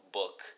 book